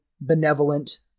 benevolent